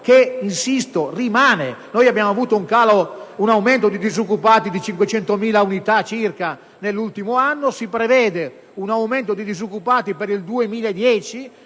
che - insisto - permane. Abbiamo avuto un aumento di disoccupati pari a circa 500.000 unità nell'ultimo anno, e si prevede un aumento di disoccupati di circa